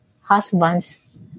husbands